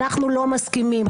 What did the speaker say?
אנחנו לא מסכימים.